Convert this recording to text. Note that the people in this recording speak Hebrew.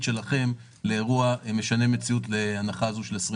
שלכם לאירוע משנה מציאות להנחה זו של 2022?